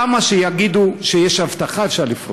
כמה שיגידו שיש אבטחה, אפשר לפרוץ.